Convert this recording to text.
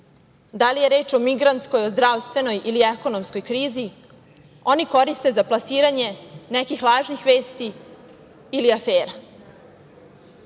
da li je reč o migrantskoj, o zdravstvenoj ili ekonomskoj krizi, oni koriste za plasiranje nekih lažnih vesti ili afera.